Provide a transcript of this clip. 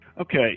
Okay